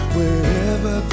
Wherever